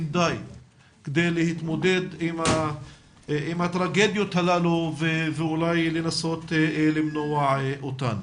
די כדי להתמודד עם הטרגדיות הללו ואולי לנסות למנוע אותן.